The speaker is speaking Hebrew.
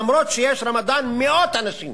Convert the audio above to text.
למרות הרמדאן מאות אנשים